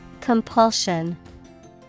Compulsion